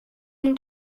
mon